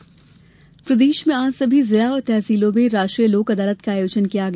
लोक अदालत प्रदेश में आज सभी जिला और तहसीलों में राष्ट्रीय लोक अदालत का आयोजन किया गया